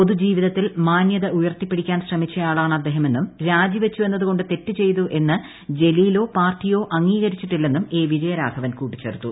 പൊതുജീവിതത്തിൽ മാന്യത ഉയർത്തിപ്പിടിക്കാൻ ശ്രമിച്ച ആളാണ് അദ്ദേഹമെന്നും രാജിവച്ചു എന്നതുകൊണ്ട് തെറ്റ് ചെയ്തു എന്ന് ജലീലോ പാർട്ടിയോ അംഗീകരിച്ചിട്ടില്ലെന്നും എ വിജയരാഘവൻ കൂട്ടിച്ചേർത്തു